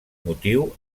motiu